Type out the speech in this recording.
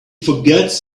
forgets